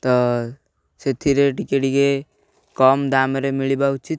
ତ ସେଥିରେ ଟିକେ ଟିକେ କମ୍ ଦାମ୍ରେ ମିଳିବା ଉଚିତ